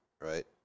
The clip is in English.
right